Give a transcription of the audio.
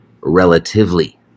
relatively